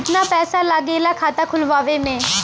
कितना पैसा लागेला खाता खोलवावे में?